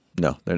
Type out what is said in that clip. No